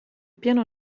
piano